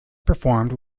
performed